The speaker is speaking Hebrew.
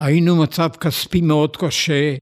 ‫היינו במצב כספי מאוד קשה.